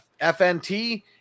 FNT